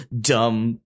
dumb